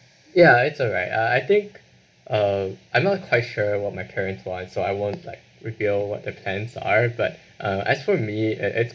ya it's alright uh I think uh I'm not quite sure what my parents life so I won't like reveal what the plans are but uh as for me and it's